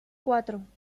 cuatro